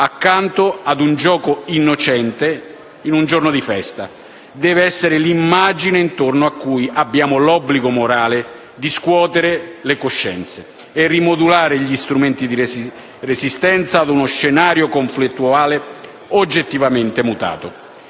accanto ad un gioco innocente in un giorno di festa deve essere l'immagine intorno a cui abbiamo l'obbligo morale di scuotere le coscienze e rimodulare gli strumenti di resistenza ad uno scenario conflittuale oggettivamente mutato.